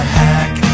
hack